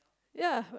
ya